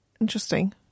interesting